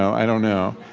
i don't know.